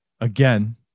Again